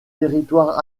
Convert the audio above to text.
territoire